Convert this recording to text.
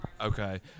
okay